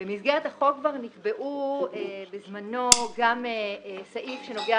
במסגרת החוק כבר נקבע בזמנו גם סעיף שנוגע